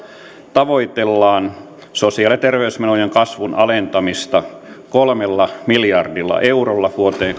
tavoitellaan sosiaali ja terveysmenojen kasvun alentamista kolmella miljardilla eurolla vuoteen